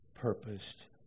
purposed